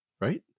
right